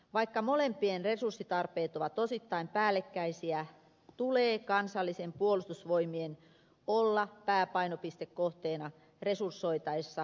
vaikka molempien resurssitarpeet ovat osittain päällekkäisiä tulee kansallisten puolustusvoimien olla pääpainopistekohteena resursoitaessa puolustusvoimia